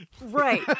Right